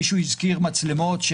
מישהו הזכיר מצלמות,